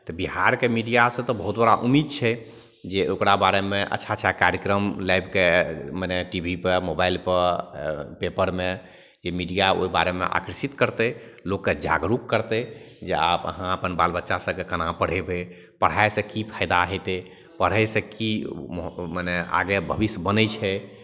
बिहारके मीडियासँ तऽ बहुत बड़ा उम्मीद छै जे ओकरा बारेमे अच्छा अच्छा कार्यक्रम लाबि कऽ मने टी भी पर मोबाइलपर पेपरमे कि मीडिया ओहि बारेमे आकर्षित करतै लोककेँ जागरूक करतै जे आब अहाँ अपन बाल बच्चा सभकेँ केना पढ़ेबै पढ़ाइसँ की फाइदा हेतै पढ़यसँ की मने आगे भविष्य बनै छै